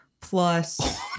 plus